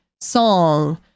song